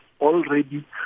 already